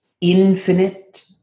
infinite